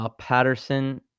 Patterson